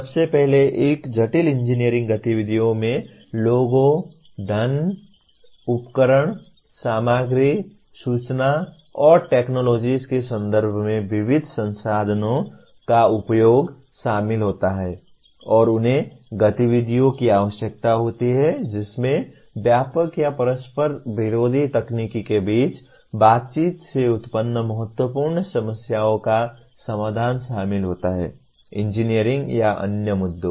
सबसे पहले एक जटिल इंजीनियरिंग गतिविधि में लोगों धन उपकरण सामग्री सूचना और टेक्नोलॉजीज के संदर्भ में विविध संसाधनों संसाधनों का उपयोग शामिल होता है और उन्हें गतिविधियों की आवश्यकता होती है जिसमें व्यापक या परस्पर विरोधी तकनीकी के बीच बातचीत से उत्पन्न महत्वपूर्ण समस्याओं का समाधान शामिल होता है इंजीनियरिंग या अन्य मुद्दों